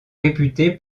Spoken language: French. réputé